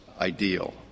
ideal